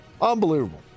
Unbelievable